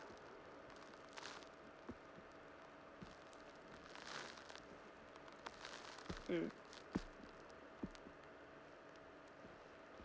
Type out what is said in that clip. mm